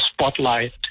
spotlight